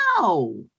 No